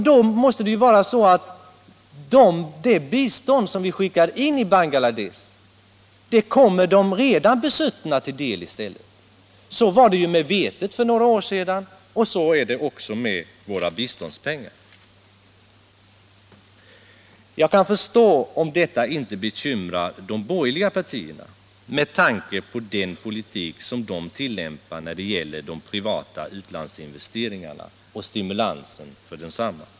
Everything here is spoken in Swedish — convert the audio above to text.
Då måste det alltså vara så att vårt bistånd kommer de redan besuttna till del. Så var det med vetet för några år sedan, och så är det nu med våra biståndspengar. Jag kan förstå att detta inte bekymrar de borgerliga partierna med tanke på den politik de tillämpar när det gäller de privata utlandsinvesteringarna och stimulansen för desamma.